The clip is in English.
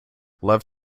love